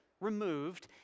removed